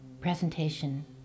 presentation